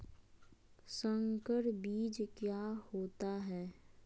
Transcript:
संकर बीज क्या होता है?